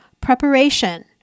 preparation